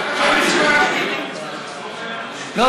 הממשלה, אמרתי, הוא דיבר נגד ראש הממשלה.